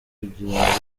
kugira